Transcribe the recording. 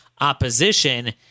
opposition